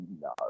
No